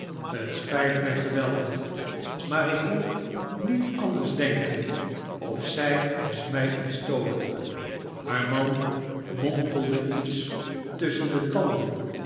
het split my geweldig maar ik kon niet anders denken of zy was my ontstolen haar man mompelde iets tusschen de tanden